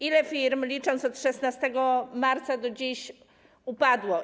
Ile firm, licząc od 16 marca do dziś, upadło?